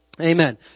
Amen